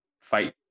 fight